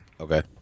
Okay